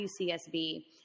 UCSB